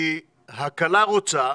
כי הכלה רוצה,